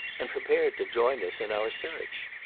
and prepared to join us in our search.